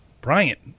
Bryant